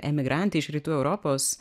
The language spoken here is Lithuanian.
emigrantė iš rytų europos